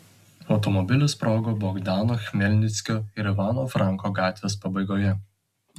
automobilis sprogo bogdano chmelnickio ir ivano franko gatvės pabaigoje